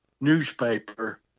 newspaper